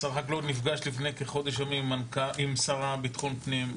שר החקלאות נפגש לפני כחודש ימים עם השר לביטחון פנים.